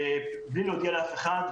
ובלי להודיע לאף אחד,